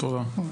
תודה.